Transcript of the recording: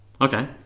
Okay